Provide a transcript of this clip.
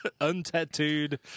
Untattooed